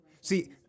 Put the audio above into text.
See